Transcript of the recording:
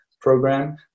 Program